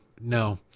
no